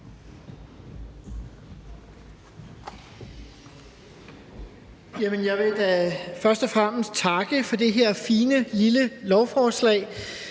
Jeg vil da først og fremmest takke for det her fine, lille lovforslag,